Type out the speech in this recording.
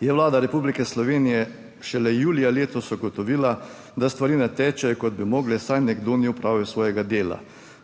Je Vlada Republike Slovenije šele julija letos ugotovila, da stvari ne tečejo kot bi mogle, saj nekdo ni opravil svojega dela,